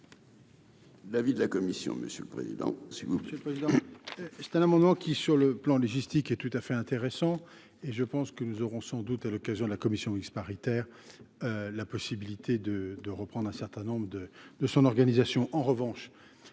L'avis de la commission, monsieur le président,